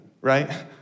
right